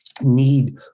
need